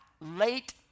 late